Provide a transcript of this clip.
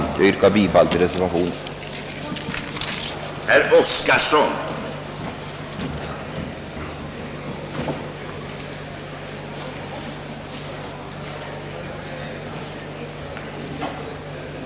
Jag yrkar bifall till reservationen 2.